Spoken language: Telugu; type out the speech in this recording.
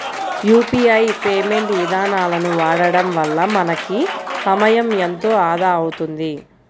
యూపీఐ పేమెంట్ ఇదానాలను వాడడం వల్ల మనకి సమయం ఎంతో ఆదా అవుతుంది